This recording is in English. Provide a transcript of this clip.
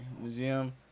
Museum